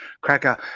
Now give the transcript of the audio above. cracker